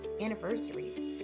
anniversaries